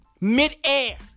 midair